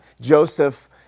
Joseph